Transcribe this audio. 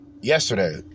yesterday